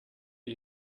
wie